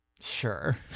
Sure